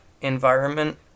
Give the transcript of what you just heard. environment